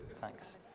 Thanks